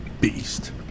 Beast